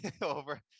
over